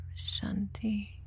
shanti